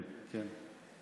כן, כן.